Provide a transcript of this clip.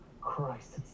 Christ